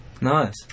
Nice